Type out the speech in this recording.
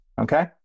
okay